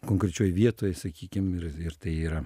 konkrečioj vietoj sakykim ir ir tai yra